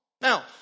Now